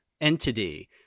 entity